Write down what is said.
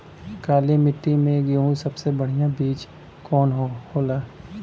काली मिट्टी में गेहूँक सबसे बढ़िया बीज कवन होला?